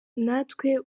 natwe